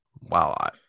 wow